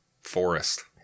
forest